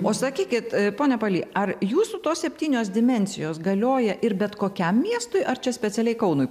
o sakykit pone paly ar jūsų tos septynios dimensijos galioja ir bet kokiam miestui ar čia specialiai kaunui